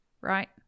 right